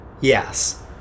Yes